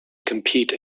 compete